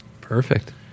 Perfect